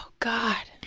god.